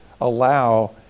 allow